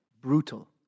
Brutal